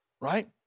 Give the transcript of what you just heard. right